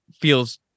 feels